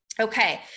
Okay